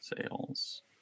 sales